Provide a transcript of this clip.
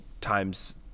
times